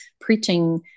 preaching